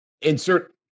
Insert